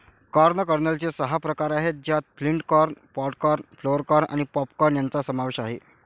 corn कर्नलचे सहा प्रकार आहेत ज्यात flint corn, pod corn, flour corn आणि पॉप कॉर्न यांचा समावेश आहे